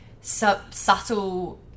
subtle